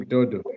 Dodo